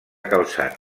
calçat